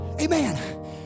amen